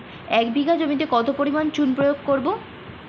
এক বিঘা জমিতে কত পরিমাণ চুন প্রয়োগ করব?